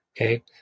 Okay